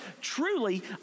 truly